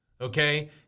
Okay